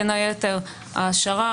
בין היתר ההעשרה,